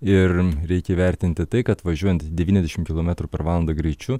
ir reikia įvertinti tai kad važiuojant devyniasdešimt kilometrų per valandą greičiu